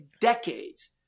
decades